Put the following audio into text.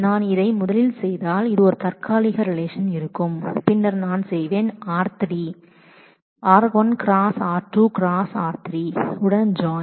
நான் இதை முதலில் செய்தால் இது ஒரு தற்காலிக ரிலேஷன் இருக்கும் பின்னர் நான் செய்வேன் r3 r1⋈ r2 r ⋈ 3 உடன் ஜாயின்